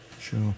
Sure